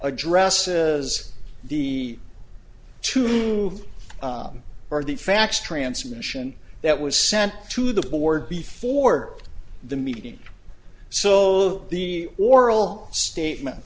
addresses as the to move or the facts transmission that was sent to the board before the meeting so the oral statements